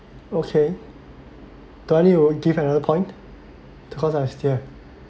okay do I need to give another point because I still have